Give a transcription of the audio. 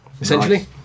essentially